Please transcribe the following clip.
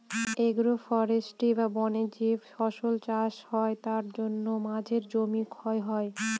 agro forestry বা বনে যে শস্য ফলানো হয় তার জন্য মাঝের জমি ক্ষয় হয়